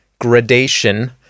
gradation